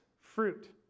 fruit